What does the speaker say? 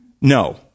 No